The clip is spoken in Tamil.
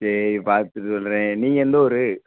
சரி பார்த்து சொல்கிறேன் நீங்கள் எந்த ஊர்